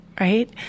right